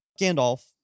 Gandalf